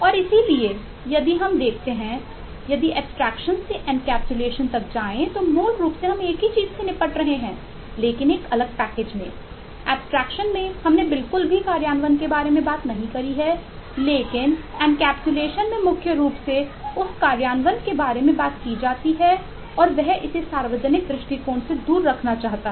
और इसलिए यदि हम देखते हैं यदि एब्स्ट्रेक्शन में मुख्य रूप से उस कार्यान्वयन के बारे में बात की जाती है और वह इसे सार्वजनिक दृष्टिकोण से दूर रखना चाहता है